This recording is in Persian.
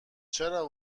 چرا